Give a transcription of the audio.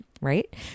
right